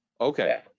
Okay